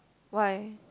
why